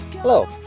Hello